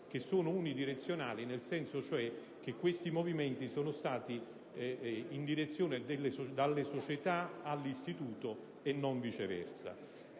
essere unidirezionali, nel senso che questi movimenti sono stati in direzione dalle società all'istituto e non viceversa.